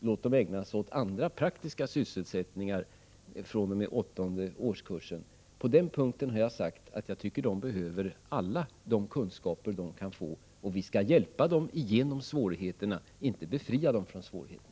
Låt dem ägna sig åt andra, praktiska sysselsättningar fr.o.m. åttonde årskursen! På den punkten har jag sagt att jag tycker att dessa barn behöver alla kunskaper de kan få. Vi skall hjälpa dem igenom svårigheterna, inte befria dem från svårigheterna.